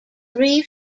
three